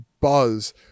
buzz